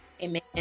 Amen